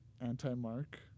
Anti-Mark